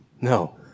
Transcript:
No